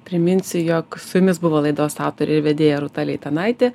priminsiu jog su jumis buvo laidos autorė ir vedėja rūta leitanaitė